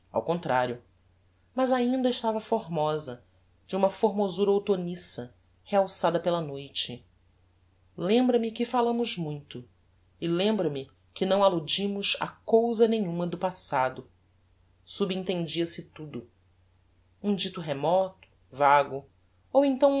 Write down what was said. ao contrario mas ainda estava formosa de uma formosura outoniça realçada pela noite lembra-me que falamos muito e lembra-me que não alludimos a cousa nenhuma do passado subentendia se tudo um dito remoto vago ou então